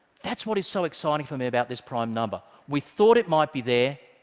that's what is so exciting for me about this prime number. we thought it might be there,